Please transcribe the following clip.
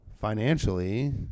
financially